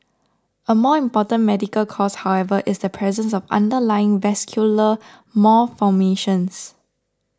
a more important medical cause however is the presence of underlying vascular malformations